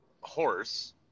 horse